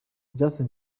justin